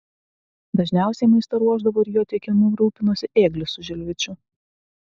dažniausiai maistą ruošdavo ir jo tiekimu rūpinosi ėglis su žilvičiu